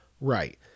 Right